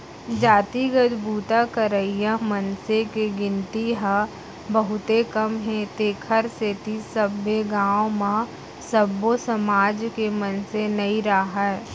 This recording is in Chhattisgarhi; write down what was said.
जातिगत बूता करइया मनसे के गिनती ह बहुते कम हे तेखर सेती सब्बे गाँव म सब्बो समाज के मनसे नइ राहय